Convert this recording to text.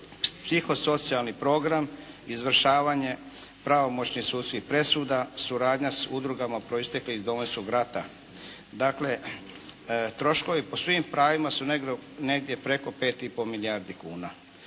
psihosocijalni program, izvršavanje pravomoćnih sudskih presuda, suradnja s udrugama proisteklih iz Domovinskog rata. Dakle, troškovi po svim pravima su negdje preko 5 i pol milijardi kuna.